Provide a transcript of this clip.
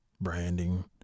branding